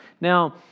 Now